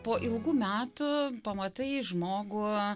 po ilgų metų pamatai žmogų